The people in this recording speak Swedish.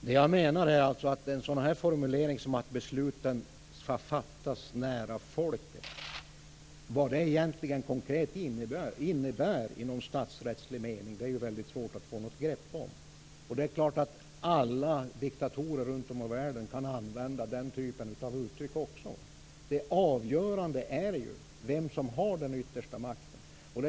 Herr talman! Det är svårt att få något grepp om vad en formulering som att beslut skall fattas nära folket innebär i stasrättslig mening. Alla diktatorer i världen kan också använda den typen av uttryck. Det avgörande är vem som har den yttersta makten.